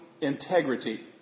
integrity